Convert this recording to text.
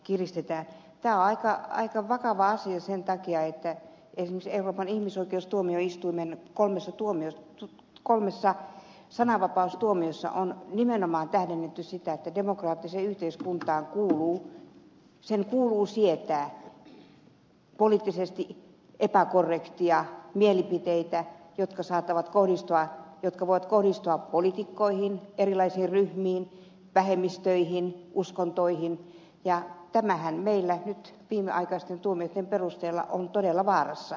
tämä on aika vakava asia sen takia että esimerkiksi euroopan ihmisoikeustuomioistuimen kolmessa sananvapaustuomiossa on nimenomaan tähdennetty sitä että demokraattiseen yhteiskuntaan kuuluu että se sietää poliittisesti epäkorrekteja mielipiteitä jotka voivat kohdistua poliitikkoihin erilaisiin ryhmiin vähemmistöihin uskontoihin ja sananvapaushan meillä nyt viimeaikaisten tuomioitten perusteella on todella vaarassa